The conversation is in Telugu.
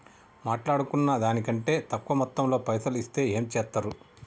మాట్లాడుకున్న దాని కంటే తక్కువ మొత్తంలో పైసలు ఇస్తే ఏం చేత్తరు?